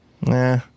Nah